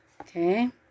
Okay